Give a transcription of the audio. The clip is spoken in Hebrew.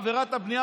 בעבירת הבנייה,